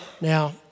now